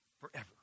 forever